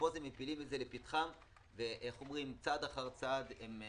ופה מפילים את זה לפתחם וצעד אחר צעד הם נפגעים.